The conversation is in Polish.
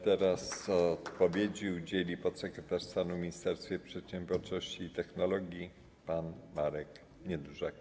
Teraz odpowiedzi udzieli podsekretarz stanu w Ministerstwie Przedsiębiorczości i Technologii pan Marek Niedużak.